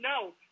no